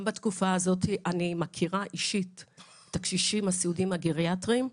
גם בתקופה הזאת אני מכירה אישית את הקשישים הסיעודיים הגריאטריים.